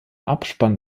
abspann